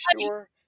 sure